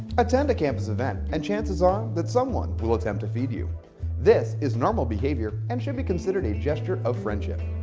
attend a campus event and chances are that someone will attempt to feed you this is normal behavior and should be considered a gesture of friendship.